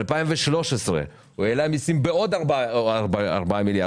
ב-2013 הוא העלה מסים בעוד 4 מיליארד שקל.